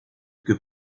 que